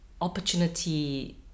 opportunity